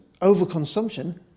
overconsumption